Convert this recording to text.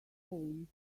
home